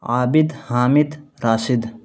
Abid Hamid Rashid